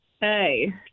Hey